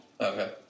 Okay